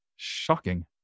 shocking